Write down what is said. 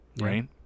right